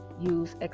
use